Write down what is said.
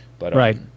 Right